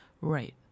Right